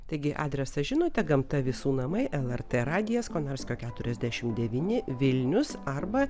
taigi adresą žinote gamta visų namai lrt radijas konarskio keturiasdešimt devyni vilnius arba